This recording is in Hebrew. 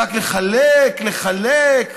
רק לחלק, לחלק.